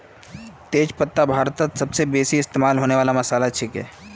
तेज पत्ता भारतत सबस बेसी इस्तमा होने वाला मसालात छिके